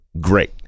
great